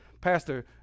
Pastor